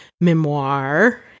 memoir